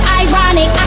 ironic